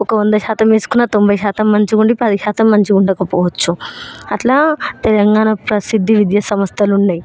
ఒక వంద శాతం తీసుకున్న తొంభై శాతం మంచిగుండి పది శాతం మంచిగా ఉండకపోవచ్చు అట్లా తెలంగాణ ప్రసిద్ధ విద్య సంస్థలు ఉన్నాయి